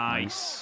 Nice